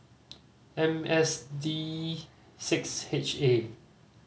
M S D six H A